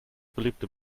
beliebte